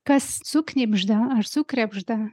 kas suknibžda ar sukrebžda